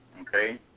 Okay